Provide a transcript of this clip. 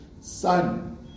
son